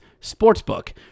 Sportsbook